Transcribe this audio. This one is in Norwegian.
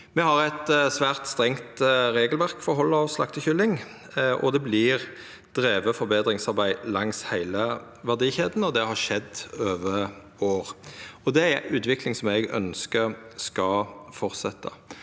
Me har eit svært strengt regelverk for hald av slaktekylling, og det vert drive forbetringsarbeid langs heile verdikjeda. Det har skjedd over år og er ei utvikling som eg ønskjer skal fortsetja.